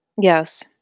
Yes